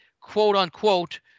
quote-unquote